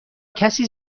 کسی